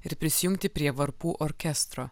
ir prisijungti prie varpų orkestro